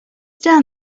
down